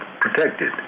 protected